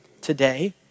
Today